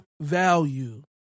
value